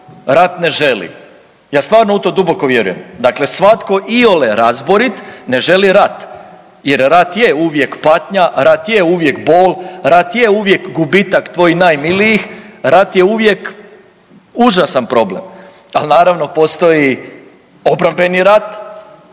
rat ne želi, ja stvarno u to duboko vjerujem. Dakle, svatko iole razborit ne želi rat jer rat je uvijek patnja, rat je uvijek bol, rat je uvijek gubitak tvojih najmilijih, rat je uvijek užasan problem. Ali naravno postoji obrambeni rat